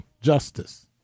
justice